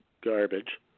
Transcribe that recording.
garbage